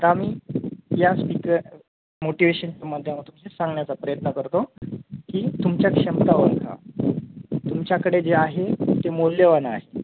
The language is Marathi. तर आम्ही या स्पीकर मोटिवेशनच्या माध्यमातून हे सांगण्याचा प्रयत्न करतो की तुमच्या क्षमता ओळखा तुमच्याकडे जे आहे ते मौल्यवान आहे